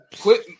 quit